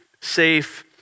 safe